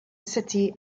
city